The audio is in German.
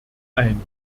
ein